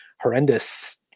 horrendous